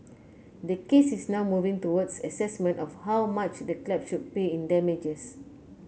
the case is now moving towards assessment of how much the club should pay in damages